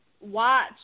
watch